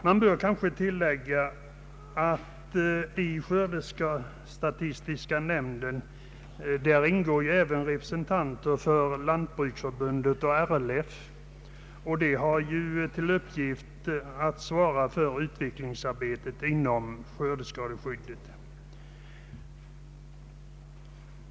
Man bör kanske tillägga att i skördestatistiska nämnden ingår även representanter för Lantbruksförbundet och RLF, och nämnden har till uppgift att svara för utvecklingsarbetet inom skördeskadeskyddet.